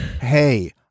hey